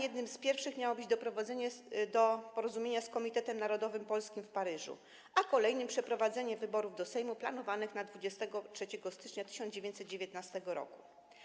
Jednym z pierwszych miało być doprowadzenie do porozumienia z Komitetem Narodowym Polskim w Paryżu, a kolejnym przeprowadzenie wyborów do Sejmu planowanych na 23 stycznia 1919 r.